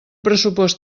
pressupost